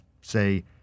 say